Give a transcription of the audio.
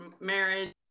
marriage